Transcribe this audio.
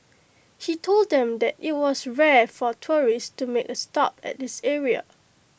he told them that IT was rare for tourists to make A stop at this area